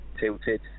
tilted